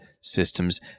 systems